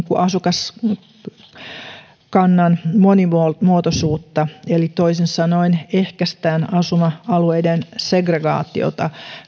asukaskannan monimuotoisuutta eli toisin sanoen ehkäistään asuma alueiden segregaatiota